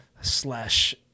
Slash